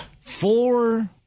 Four